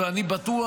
אני בטוח,